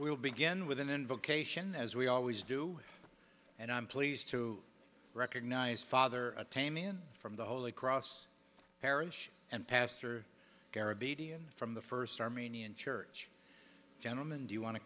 will begin with an invocation as we always do and i'm pleased to recognize father a team in from the holy cross parish and pastor caribbean from the first armenian church gentlemen do you want to